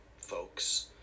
folks